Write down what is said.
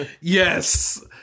Yes